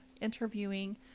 interviewing